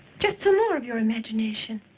just some more of your imagination.